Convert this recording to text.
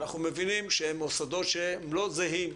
אנחנו מבינים שהם מוסדות שהם לא זהים,